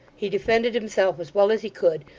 he defended himself as well as he could,